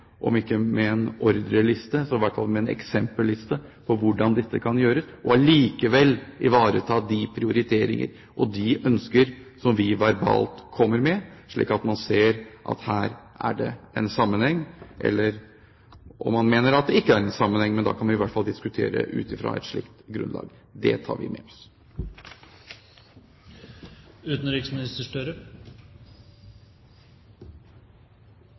om ikke med en ordreliste, så i hvert fall med en eksempelliste for hvordan dette kan gjøres, og samtidig ivareta de prioriteringer og de ønsker som vi verbalt kommer med, slik at man ser at her er det en sammenheng, eller om man mener at det ikke er en sammenheng, men da kan vi i hvert fall diskutere ut fra et slikt grunnlag. Det tar vi med